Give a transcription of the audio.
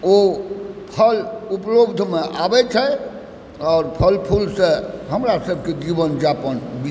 ओ फल उपलब्धमे आबय छै आओर फल फूलसंँ हमरासबकेँ जीवनयापन बीत